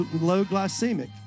low-glycemic